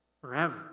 forever